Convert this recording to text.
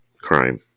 crime